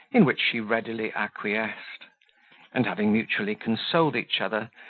in which she readily acquiesced and having mutually consoled each other,